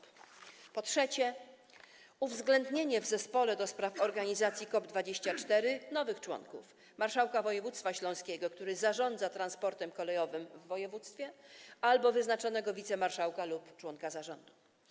Po trzecie, uwzględnienie w zespole ds. organizacji COP24 nowych członków: marszałka województwa śląskiego, który zarządza transportem kolejowym w województwie, albo wyznaczonego wicemarszałka lub członka zarządu.